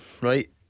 Right